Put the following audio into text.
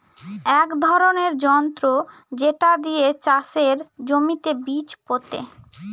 এক ধরনের যন্ত্র যেটা দিয়ে চাষের জমিতে বীজ পোতে